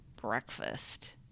breakfast